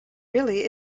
really